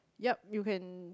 yeap you can